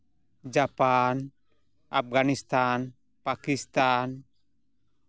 Japan Afghanistan Pakistan